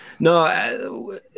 No